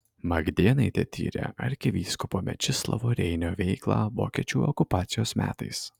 magdėnaitė tyrė arkivyskupo mečislovo reinio veiklą vokiečių okupacijos metais